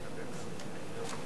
גברתי היושבת-ראש,